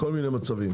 כל מיני מצבים